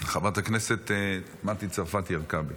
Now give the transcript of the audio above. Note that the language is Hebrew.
חברת הכנסת מטי צרפתי הרכבי,